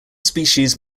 species